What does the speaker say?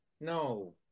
No